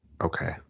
Okay